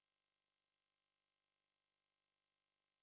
!wow!